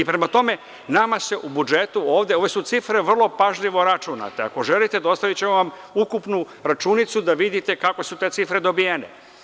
Prema tome, nama se u budžetu, ove su cifre vrlo pažljivo računate, ako želite, dostavićemo vam ukupnu računicu da vidite kako su te cifre dobijene.